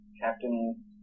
Captain